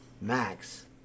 Max